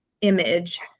image